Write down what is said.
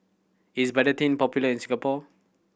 is Betadine popular in Singapore